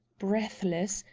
breathless,